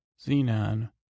Xenon